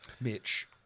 Mitch